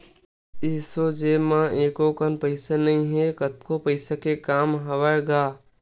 एसो जेब म एको कन पइसा नइ हे, कतको पइसा के काम हवय गा